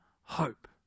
hope